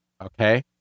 okay